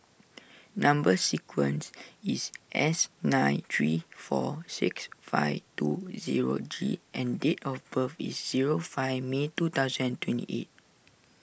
Number Sequence is S nine three four six five two zero G and date of birth is zero five May two thousand and twenty eight